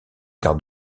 quarts